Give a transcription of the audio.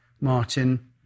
Martin